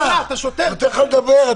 אני נותן לך לדבר,